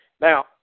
Now